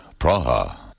Praha